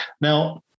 now